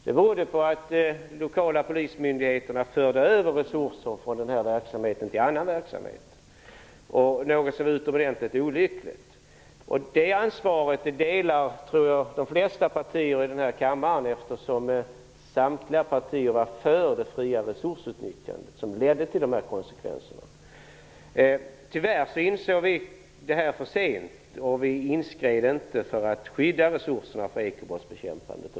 Det berodde på att de lokala polismyndigheterna förde över resurser från den här verksamheten till annan verksamhet, något som var utomordentligt olyckligt. Ansvaret för det delar de flesta partier i denna kammare, eftersom samtliga var för det fria resursutnyttjandet, som fick de här konsekvenserna. Tyvärr insåg vi det för sent och inskred inte för att skydda resurserna för ekobrottsbekämpandet.